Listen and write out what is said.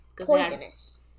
poisonous